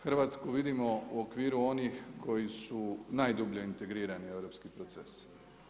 Hrvatsku vidimo u okviru onih koji su najdublje integrirani europski procesi.